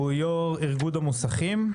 הוא יו"ר איגוד המוסכים.